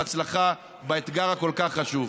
בהצלחה באתגר הכל-כך חשוב.